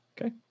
Okay